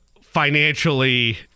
financially